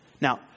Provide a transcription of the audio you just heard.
Now